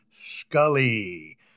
Scully